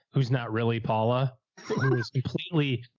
who's not really. paula is completely,